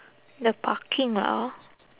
the parking lah